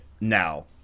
now